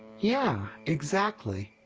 yeah, exactly.